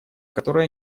которое